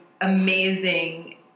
amazing